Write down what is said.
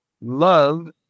love